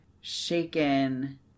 shaken